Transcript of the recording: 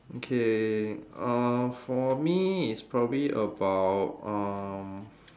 okay uh for me is probably about um